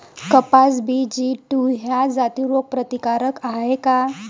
कपास BG two ह्या जाती रोग प्रतिकारक हाये का?